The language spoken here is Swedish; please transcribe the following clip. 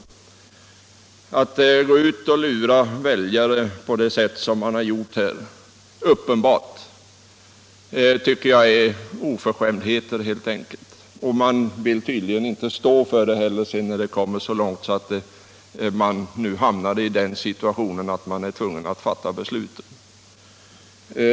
Jag tycker att det helt enkelt är oförskämt att gå ut och lura väljare på det sätt som man helt uppenbart har gjort. Man vill tydligen inte heller stå för sina löften när det kommit så långt att man hamnat i den situationen att man är tvungen att fatta besluten.